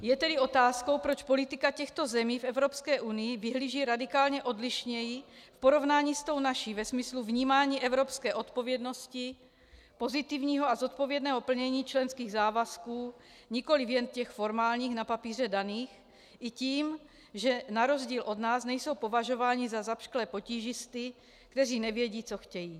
Je tedy otázkou, proč politika těchto zemí v Evropské unii vyhlíží radikálně odlišněji v porovnání s tou naší ve smyslu vnímání evropské odpovědnosti, pozitivního a zodpovědného plnění členských závazků, nikoliv jen těch formálních, na papíře daných, i tím, že na rozdíl od nás nejsou považováni za zapšklé potížisty, kteří nevědí, co chtějí.